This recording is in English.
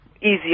easier